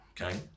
okay